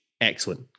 excellent